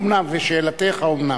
ושאלתך: האומנם?